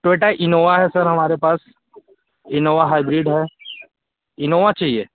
Toyota Innova है sir हमारे पास इनोवा हाईब्रीड है इनोवा चाहिये